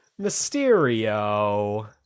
Mysterio